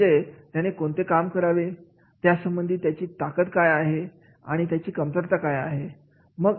म्हणजे त्याने कोणते काम करावे त्यासंबंधी त्याची ताकद काय आहेत आणि त्याची कमतरता काय आहे